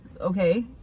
okay